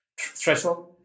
threshold